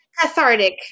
Cathartic